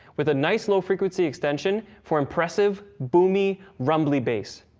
with a nice low frequency extension for impressive, boomy, rumbly bass.